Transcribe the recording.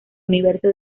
universo